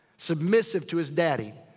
submissive to his daddy.